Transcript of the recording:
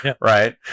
right